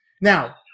Now